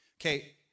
Okay